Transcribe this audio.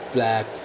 Black